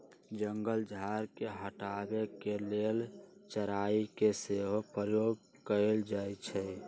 जंगल झार के हटाबे के लेल चराई के सेहो प्रयोग कएल जाइ छइ